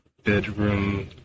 Bedroom